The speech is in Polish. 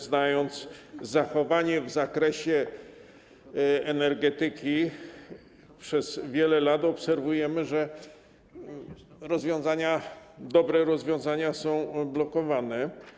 Znając zachowanie w zakresie energetyki, przez wiele lat obserwujemy, że dobre rozwiązania są blokowane.